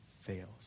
fails